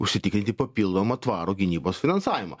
užsitikrinti papildomą tvarų gynybos finansavimą